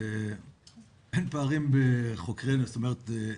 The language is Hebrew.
אין פערים בחוקרי נוער - זאת אומרת,